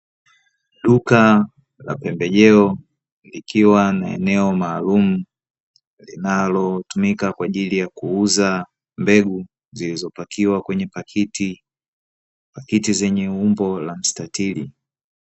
Duka la pembejeo likiwa na eneo maalum linalo tumika kwaajili ya kuuza mbegu, zilizo pakiwaa kwenye pakiti zenye umbo la mstatili.